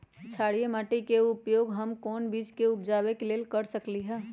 क्षारिये माटी के उपयोग हम कोन बीज के उपजाबे के लेल कर सकली ह?